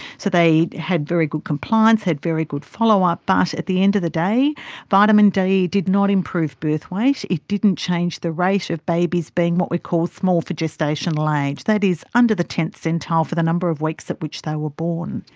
so they had very good compliance, they had very good follow-up, but at the end of the day vitamin d did not improve birthweight, it didn't change the rate of babies being what we call small for gestational age, that is under the tenth centile for the number of weeks at which they were born.